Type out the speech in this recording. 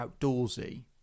outdoorsy